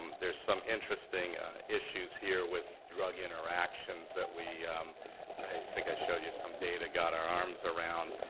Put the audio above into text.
um there's some interesting issues here with drug interactions that we, i think i showed you some data, got our arms around.